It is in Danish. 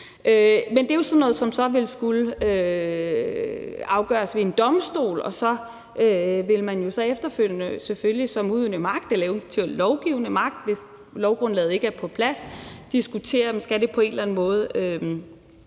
Men det er jo sådan noget, som så vil skulle afgøres ved en domstol, og så vil man jo efterfølgende selvfølgelig som udøvende magt eller eventuelt lovgivende magt, hvis lovgrundlaget ikke er på plads, diskutere, om det på en eller anden måde